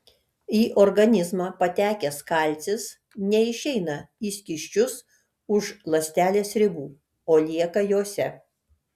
į organizmą patekęs kalcis neišeina į skysčius už ląstelės ribų o lieka jose